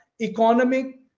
economic